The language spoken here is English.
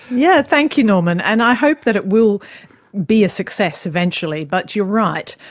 yeah thank you norman, and i hope that it will be a success eventually, but you're right,